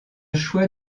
choix